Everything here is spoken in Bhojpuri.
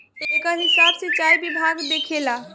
एकर हिसाब सिंचाई विभाग देखेला